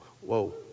whoa